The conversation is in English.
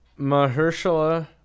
Mahershala